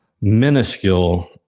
minuscule